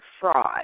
fraud